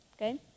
Okay